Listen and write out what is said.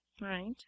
Right